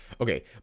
Okay